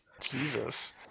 Jesus